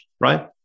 right